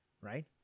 right